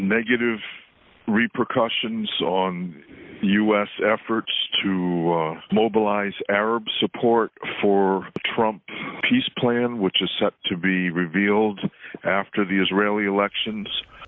negative repercussions on the u s efforts to mobilize arab support for the trump peace plan which is set to be revealed after the israeli elections